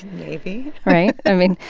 maybe right? i mean.